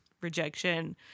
rejection